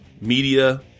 media